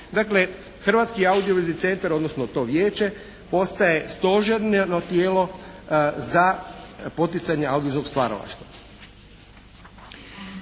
Dakle Hrvatski audio-vizualni centar odnosno to vijeće postalo stožerno tijelo za poticanje audio-vizualnog stvaralaštva.